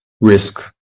risk